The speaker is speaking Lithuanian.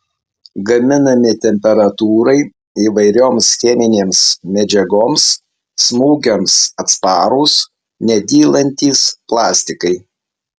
gaminami temperatūrai įvairioms cheminėms medžiagoms smūgiams atsparūs nedylantys plastikai